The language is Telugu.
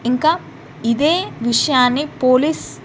ఇంకా ఇదే విషయాన్ని పోలీస్